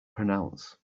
pronounce